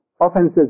offenses